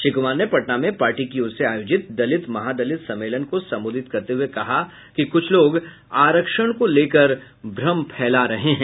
श्री कुमार ने पटना में पार्टी की ओर से आयोजित दलित महादलित सम्मेलन को संबोधित करते हुये कहा कि कुछ लोग आरक्षण को लेकर भ्रम फैला रहे है